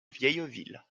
vieilleville